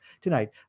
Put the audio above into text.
tonight